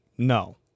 No